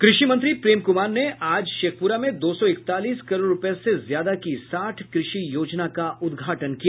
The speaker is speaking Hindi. कृषि मंत्री प्रेम कुमार ने आज शेखपुरा में दो सौ इकतालीस करोड़ रूपये से ज्यादा की साठ कृषि योजना का उद्घाटन किया